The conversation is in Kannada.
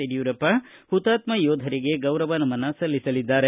ಯಡಿಯೂರಪ್ಪ ಹುತಾತ್ನ ಯೋಧರಿಗೆ ಗೌರವ ನಮನ ಸಲ್ಲಿಸಲಿದ್ದಾರೆ